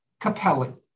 Capelli